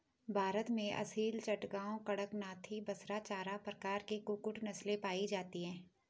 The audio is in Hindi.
भारत में असील, चटगांव, कड़कनाथी, बसरा चार प्रकार की कुक्कुट नस्लें पाई जाती हैं